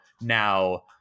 now